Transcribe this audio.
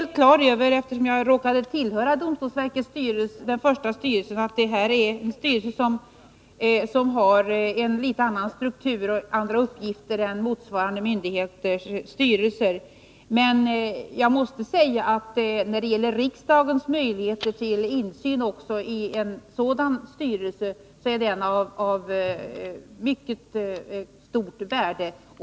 Eftersom jag råkade tillhöra domstolsverkets första styrelse är jag på det klara med att detta är en styrelse som har en något annan struktur och något andra uppgifter än motsvarande myndigheters styrelser. Men jag måste säga att riksdagens möjligheter till insyn i en sådan styrelse är av mycket stort värde.